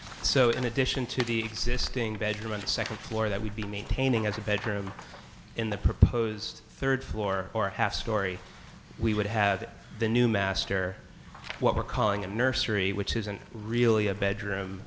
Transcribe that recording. so in addition to the existing bedroom and second floor that we've been maintaining as a bedroom in the proposed third floor or half story we would have the new master what we're calling a nursery which isn't really a bedroom